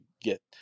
get